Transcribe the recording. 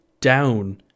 down